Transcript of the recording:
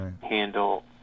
handle